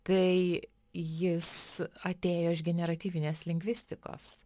tai jis atėjo iš generatyvinės lingvistikos